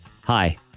Hi